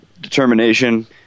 determination